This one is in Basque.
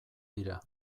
dira